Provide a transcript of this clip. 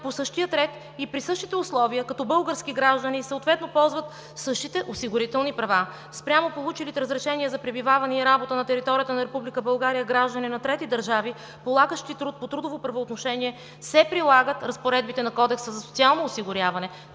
по същия ред и при същите условия като български граждани и съответно ползват същите осигурителни права. Спрямо получилите разрешения за пребиваване и работа на територията на Република България граждани на трети държави, полагащи труд по трудово правоотношение, се прилагат разпоредбите на Кодекса за социално осигуряване.